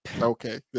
Okay